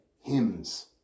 hymns